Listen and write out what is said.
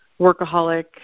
workaholic